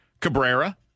Cabrera